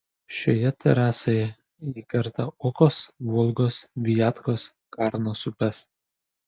šioje terasoje ji kerta okos volgos viatkos karnos upes